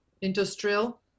industrial